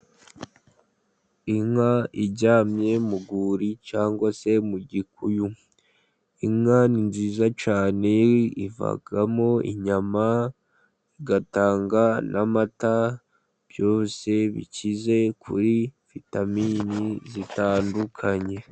Inka iryamye mu rwuri cyangwa se mu gikuyu. Inka ni nziza cyane ivamo inyama, igatanga n'amata byose bikize kuri vitamini zitandukanye.